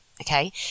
okay